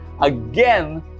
Again